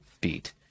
beat